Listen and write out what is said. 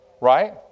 right